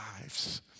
lives